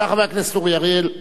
בבקשה, חבר הכנסת אורי אריאל.